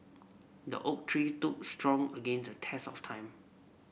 the oak tree strong against a test of time